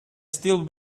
still